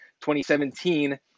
2017